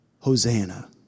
Hosanna